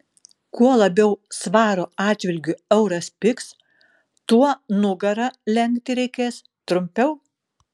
kuo labiau svaro atžvilgiu euras pigs tuo nugarą lenkti reikės trumpiau